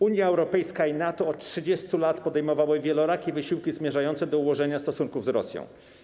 Unia Europejska i NATO od 30 lat podejmowały wielorakie wysiłki zmierzające do ułożenia stosunków z Rosją.